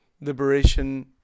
liberation